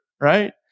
Right